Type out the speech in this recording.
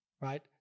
right